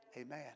amen